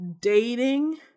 dating